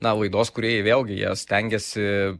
na laidos kūrėjai vėlgi jie stengiasi